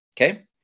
Okay